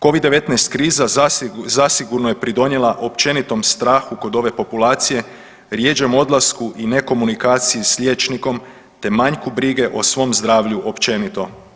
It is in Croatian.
Covid-19 kriza zasigurno je pridonijela općenitom strahu kod ove populacije, rjeđem odlasku i ne komunikaciji s liječnikom, te manjku brige o svom zdravlju općenito.